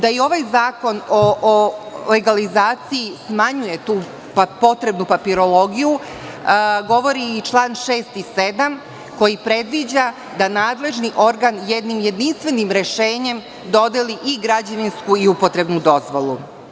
Da ovaj zakon o legalizaciji smanjuje tu potrebnu papirologiju govori član 6. i 7. koji predviđa da nadležni organ jednim jedinstvenim rešenjem dodeli i građevinsku i upotrebnu dozvolu.